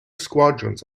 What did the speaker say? squadrons